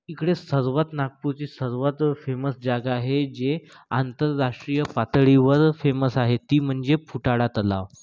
इकडे सर्वात नागपूरचे सर्वात फेमस जागा आहे जे आंतरराष्ट्रीय पातळीवर फेमस आहे ती म्हणजे फुटाळा तलाव